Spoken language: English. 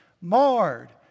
Marred